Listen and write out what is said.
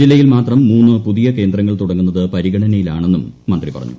ജില്ലയിൽ മാത്രം മൂന്ന് പുതിയ കേന്ദ്രങ്ങൾ തുടങ്ങുന്നത് പരിഗണനയിലൂാണ്ണെന്നും മന്ത്രി പറഞ്ഞു